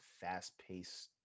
fast-paced